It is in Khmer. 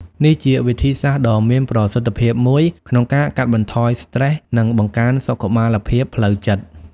នេះជាវិធីសាស្រ្តដ៏មានប្រសិទ្ធភាពមួយក្នុងការកាត់បន្ថយស្ត្រេស និងបង្កើនសុខុមាលភាពផ្លូវចិត្ត។